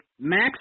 Max